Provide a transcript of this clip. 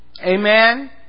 Amen